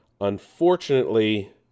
Unfortunately